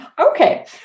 okay